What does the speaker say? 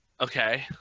Okay